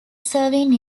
serving